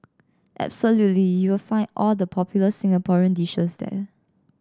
absolutely you will find all the popular Singaporean dishes there